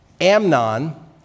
Amnon